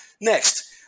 Next